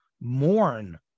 mourn